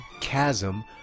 chasm